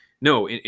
No